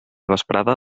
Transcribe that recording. vesprada